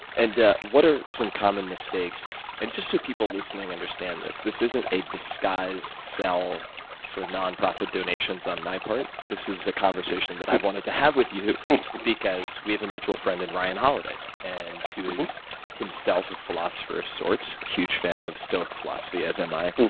and what are some common mistakes and just so people listening understand this, this isn't a disguised sell for nonprofit donations on my part. this is a conversation that i've wanted to have with you because we have a mutual friend in and ryan holliday, and who is himself a philosopher of sorts, huge fan of stoic philosophy, as am i.